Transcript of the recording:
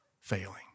failing